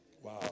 wow